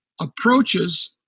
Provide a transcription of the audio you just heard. approaches